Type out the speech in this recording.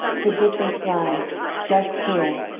the difference lies, just here.